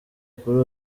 kuri